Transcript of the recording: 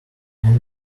hand